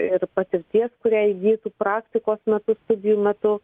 ir patirties kurią įgytų praktikos metu studijų metu